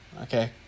okay